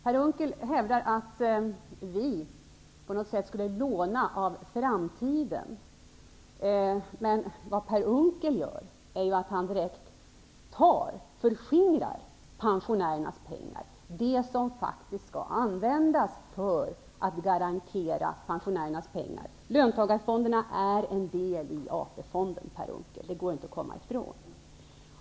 Per Unckel hävdar att vi på något sätt skulle låna av framtiden. Men vad Per Unckel gör är att direkt ta, förskingra pensionärernas pengar -- de pengar som faktiskt skall användas för att garantera pensionerna. Löntagarfonderna är en del i AP fonderna, Per Unckel. Det går inte att komma ifrån.